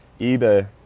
eBay